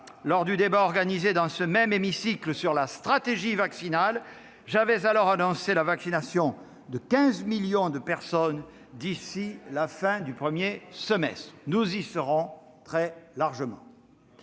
lors du débat organisé dans ce même hémicycle sur la stratégie vaccinale : j'avais alors annoncé la vaccination de 15 millions de personnes d'ici à la fin du premier semestre. Nous y serons très largement.